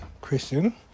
Christian